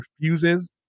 refuses